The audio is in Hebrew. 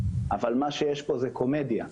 מה שיש פה זה קומדיה,